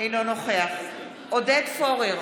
אינו נוכח עודד פורר,